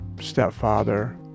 stepfather